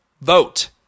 vote